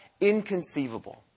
inconceivable